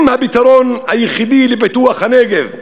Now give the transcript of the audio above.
הם הפתרון היחידי לפיתוח הנגב.